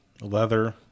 Leather